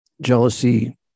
jealousy